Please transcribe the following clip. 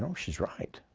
um she's right.